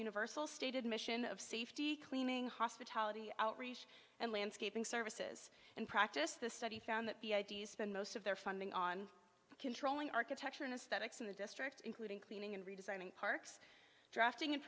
universal stated mission of safety cleaning hospitality outreach and landscaping services and practice the study found that the i d f spend most of their funding on controlling architecture and aesthetics in the district including cleaning and redesigning parks drafting and